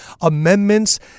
amendments